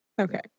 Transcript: okay